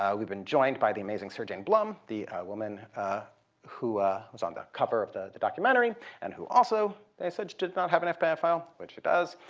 ah we've been joined by the amazing sarahjane blum, the woman who was on the cover of the the documentary and who also, they said, did not have an fbi file, which she does.